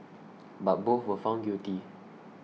but both were found guilty